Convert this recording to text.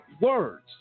words